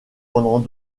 pendant